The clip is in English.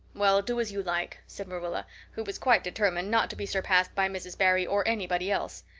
well, do as you like, said marilla, who was quite determined not to be surpassed by mrs. barry or anybody else.